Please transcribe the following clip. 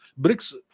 BRICS